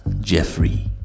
Jeffrey